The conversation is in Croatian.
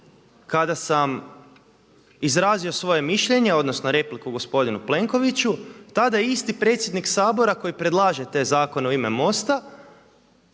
kada sam izrazio svoje mišljenje odnosno repliku gospodinu Plenkoviću, tada je isti predsjednik Sabora koji predlaže te zakone u ime MOST-a